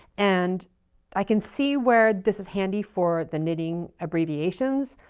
and i can see where this is handy for the knitting abbreviations.